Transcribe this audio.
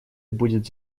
будет